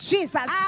Jesus